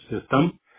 system